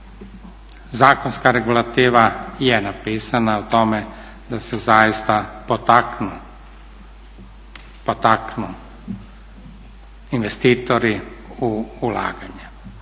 zakonska regulativa je napisana o tome da se zaista potaknu investitori u ulaganje.